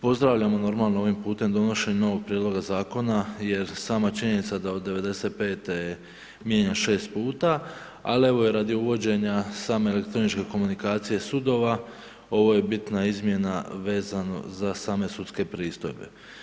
Pozdravljamo normalno ovim putem donošenje novog prijedloga zakona jer sama činjenica da od '95. mijenjan 6 puta, ali evo i radi uvođenja same elektroničke komunikacije sudova, ovo je bitna izmjena vezano za same sudske pristojbe.